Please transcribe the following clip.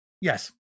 Yes